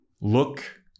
look